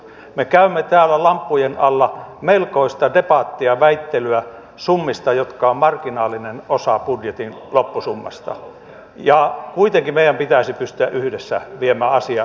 me käymme täällä lamppujen alla melkoista debattia väittelyä summista jotka ovat marginaalinen osa budjetin loppusummasta ja kuitenkin meidän pitäisi pystyä yhdessä viemään asiaa eteenpäin